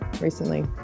recently